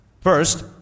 First